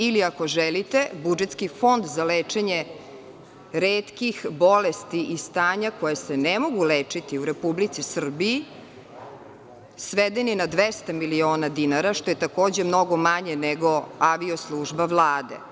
Ili ako želite budžetski Fond za lečenje retkih bolesti i stanja koja se ne mogu lečiti u Republici Srbiji sveden je na 200 miliona dinara, što je takođe mnogo manje nego avio služba Vlade.